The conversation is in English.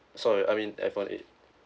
sorry I mean iPhone eight